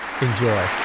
Enjoy